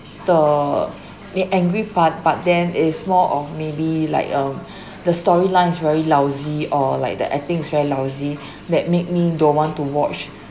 the the angry part but then is more of maybe like um the storyline is very lousy or like the acting is very lousy that make me don't want to watch